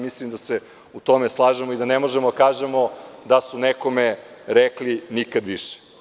Mislim da se u tome slažemo i da ne možemo da kažemo da su nekome rekli – nikad više.